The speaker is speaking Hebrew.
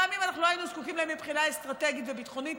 גם אם לא היינו זקוקים להם מבחינה אסטרטגית וביטחונית,